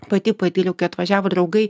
pati patyriau kai atvažiavo draugai